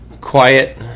quiet